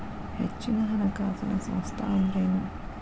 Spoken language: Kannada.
ಹೆಚ್ಚಿನ ಹಣಕಾಸಿನ ಸಂಸ್ಥಾ ಅಂದ್ರೇನು?